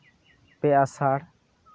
ᱯᱮ ᱟᱥᱟᱲ